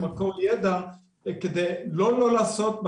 -- ממקור ידע כדי לא לא לעשות,